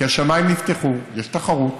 כי השמיים נפתחו, יש תחרות,